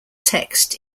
text